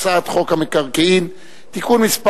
אני קובע שהצעת חוק הנוער (טיפול והשגחה) (תיקון מס'